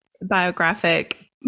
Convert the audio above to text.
biographic